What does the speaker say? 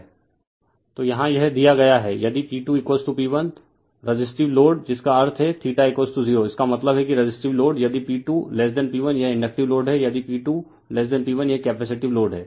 refer slide time 1206 तो यहाँ यह दिया गया है यदि P2P1 रेसिसटिव लोड जिसका अर्थ है 0 इसका मतलब है कि रेसिसटिव लोड यदि P2P1 यह इंडक्टिव लोड है यदि P2P1 यह कैपेसिटिव लोड है